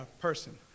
person